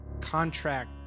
contract